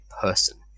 person